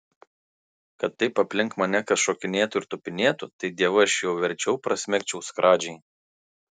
kad taip aplink mane kas šokinėtų ir tupinėtų tai dievaž jau verčiau prasmegčiau skradžiai